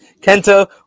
Kenta